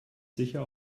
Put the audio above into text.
sicher